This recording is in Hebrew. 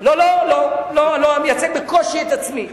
לא, לא, לא, אני מייצג בקושי את עצמי.